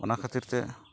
ᱚᱱᱟ ᱠᱷᱟᱹᱛᱤᱨᱛᱮ